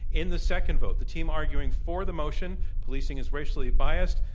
in the second vote, the team arguing for the motion policing is racially biased,